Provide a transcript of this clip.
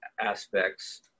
aspects